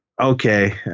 okay